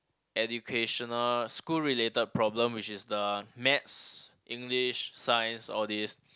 educational school related problem which is the Maths English Science all these